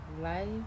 life